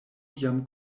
jam